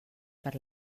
per